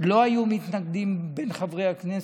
לא היו מתנגדים מבין חברי הכנסת.